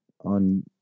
on